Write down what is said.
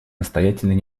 настоятельной